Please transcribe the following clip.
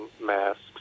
masks